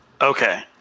Okay